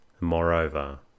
Moreover